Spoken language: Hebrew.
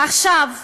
עכשיו,